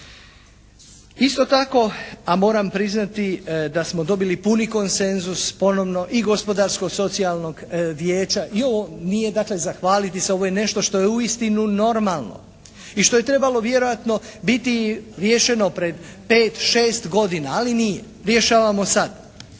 Isto tako, a moram priznati da smo dobili puni konsenzus ponovno i Gospodarsko-socijalnog vijeća i ovo nije dakle za hvaliti se, ovo je nešto što je uistinu normalno i što je trebalo vjerojatno biti riješeno pred pet, šest godina, ali nije, rješavamo sada,